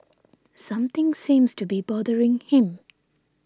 something seems to be bothering him